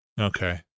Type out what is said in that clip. Okay